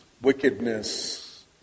wickedness